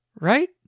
right